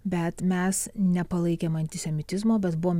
bet mes nepalaikėm antisemitizmo bet buvom